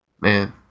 man